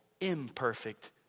imperfect